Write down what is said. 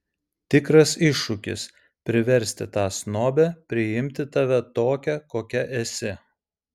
tikras iššūkis priversti tą snobę priimti tave tokią kokia esi